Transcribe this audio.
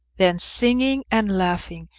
then, singing and laughing,